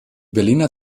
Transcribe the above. berliner